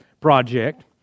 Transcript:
project